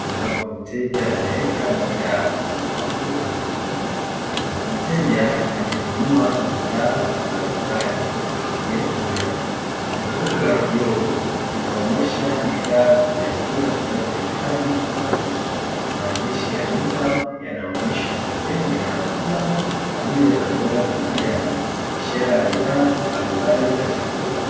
ambapo mteja ameweka bidhaa kwenye kapu la ununuzi, mteja amenunua bidhaa mbalimbali ikiwepo nyama jokofu la kioo linaonyesha bidhaa za vyakula, zinazohitaji ubaridi maandishi ya nyuma, yanaonyesha sehemu ya matunda pamoja na mboga za majani ishara ya bidaa mbalimbali za chakula.